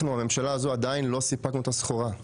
אנחנו הממשלה הזו, עדיין לא סיפקנו את הסחורה,